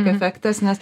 efektas nes